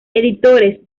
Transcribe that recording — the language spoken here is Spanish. editores